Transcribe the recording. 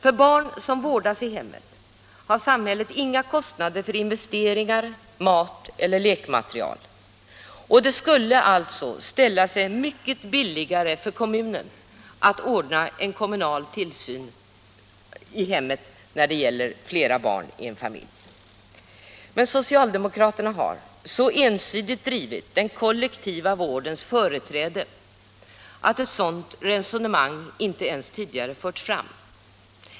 För barn som vårdas i hemmet har samhället inga kostnader för investeringar, mat och lekmaterial, och det skulle alltså ställa sig mycket billigare att ordna kommunal tillsyn i det egna hemmet när det gäller flera barn i en familj. Men socialdemokraterna har så ensidigt drivit den kollektiva vårdens företräde att ett sådant resonemang tidigare inte ens har förts fram.